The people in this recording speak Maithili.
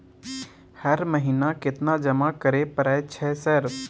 हर महीना केतना जमा करे परय छै सर?